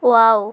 wow